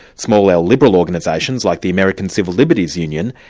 small-l liberal organisations, like the american civil liberties union,